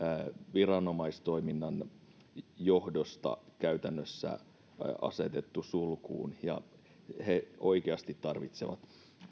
viranomaistoiminnan johdosta käytännössä asetettu sulkuun ja he oikeasti tarvitsevat